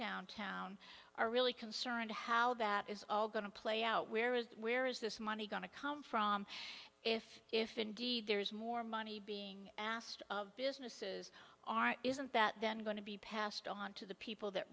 downtown are really concerned how that is all going to play out where is where is this money going to come from if if indeed there is more money being asked of businesses are isn't that then going to be passed on to the people that